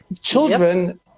children